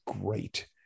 great